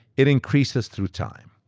it increases through time,